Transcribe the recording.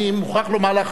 אני מוכרח לומר לך,